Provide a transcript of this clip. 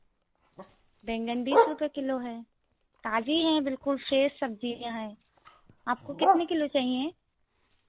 बैंगन बीस रुपये किलो है ताज़ा हैं बिल्कुल फ्रेश सब्ज़ियाँ हैं आपको कितने किलो चाहिए